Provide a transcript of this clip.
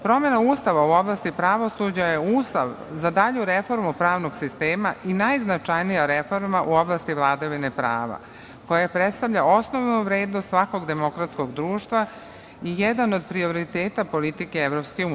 Promena Ustava u oblasti pravosuđa je uslov za dalju reformu pravnog sistema i najznačajnija reforma u oblasti vladavine prava koja predstavlja osnovnu vrednost svakog demokratskog društva i jedan od prioriteta politike EU.